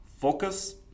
focus